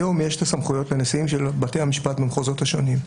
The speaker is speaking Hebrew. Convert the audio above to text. היום יש סמכויות לנשיאים של בתי המשפט במחוזות השונים.